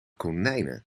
konijnen